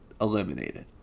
eliminated